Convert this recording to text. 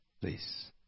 please